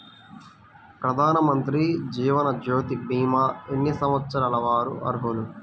ప్రధానమంత్రి జీవనజ్యోతి భీమా ఎన్ని సంవత్సరాల వారు అర్హులు?